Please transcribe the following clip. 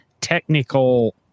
technical